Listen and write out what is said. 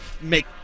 make